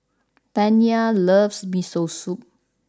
Taniya loves Miso Soup